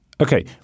okay